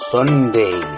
Sunday